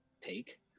take